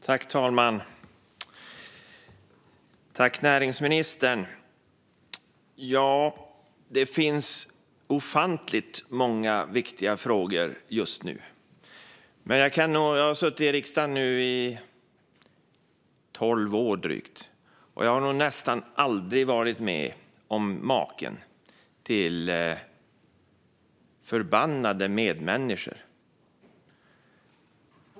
Herr talman! Det finns ofantligt många viktiga frågor just nu. Jag har suttit i riksdagen i drygt tolv år, och jag har nog aldrig varit med om maken till förbannade medmänniskor.